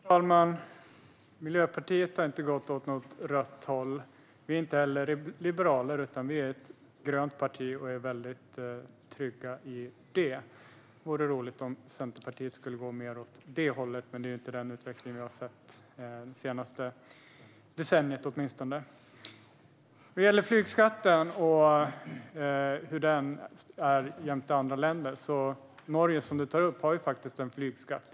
Herr talman! Miljöpartiet har inte gått åt något rött håll. Vi är inte heller liberaler, utan vi är ett grönt parti och är väldigt trygga i det. Det vore roligt om Centerpartiet skulle gå mer åt det hållet. Men det är inte den utveckling vi har sett åtminstone det senaste decenniet. Vad gäller flygskatten och hur den är jämte den i andra länder har Norge, som du tar upp, en flygskatt.